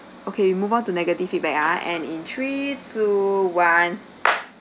okay move on to negative feedback ah and in three two one